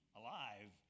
alive